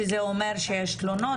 שזה אומר שיש תלונות,